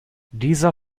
dieser